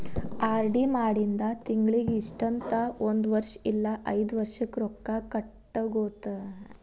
RD ಮಾಡಿಂದ ತಿಂಗಳಿಗಿ ಇಷ್ಟಂತ ಒಂದ್ ವರ್ಷ್ ಇಲ್ಲಾ ಐದ್ ವರ್ಷಕ್ಕ ರೊಕ್ಕಾ ಕಟ್ಟಗೋತ ಹೋಗ್ಬೇಕ್